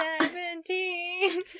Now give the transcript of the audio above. Seventeen